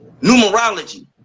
numerology